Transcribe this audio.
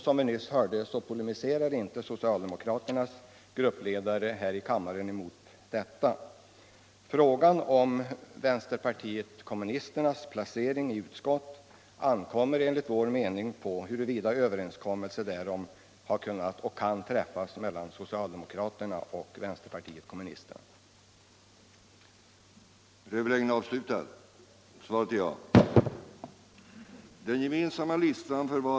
Som vi nyss hörde polemiserar inte socikaldemokraternas gruppledare mot detta. Frågan om vänsterpartiet kommunisternas placering i utskott blir således beroende av huruvida överenskommelse diärom har kunnat träffas mellan socialdemokraterna och vänsterpartiet kommunisterna. 'n ” Schött ” Gustafsson i Ronneby .